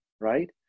right